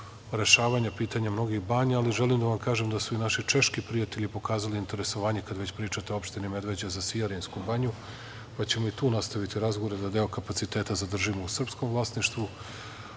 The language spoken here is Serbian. rešavanja pitanja mnogih banja, ali želim da vam kažem da su i naši češki prijatelji pokazali interesovanje, kad već pričate o opštini Medveđa za Sijarinsku banju, pa ćemo i tu nastaviti razgovore da deo kapaciteta zadržimo u srpskom vlasništvu,